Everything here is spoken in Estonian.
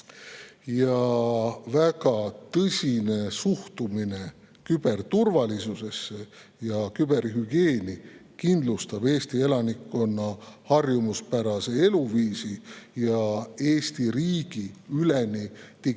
Väga tõsine suhtumine küberturvalisusesse ja küberhügieeni kindlustab Eesti elanikkonna harjumuspärase eluviisi ja Eesti riigi üleni digitaalsete